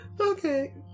okay